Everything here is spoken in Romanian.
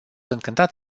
încântat